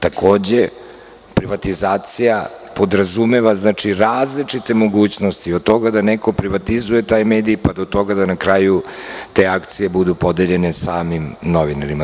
Takođe, privatizacija podrazumeva različite mogućnosti od toga da neko privatizuje taj medij, pa do toga da na kraju te akcije budu podeljene samim novinarima.